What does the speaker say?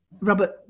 Robert